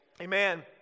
Amen